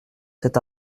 cet